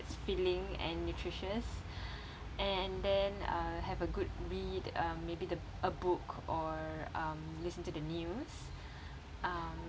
that's filling and nutritious and then uh have a good read um maybe the a book or um listen to the news um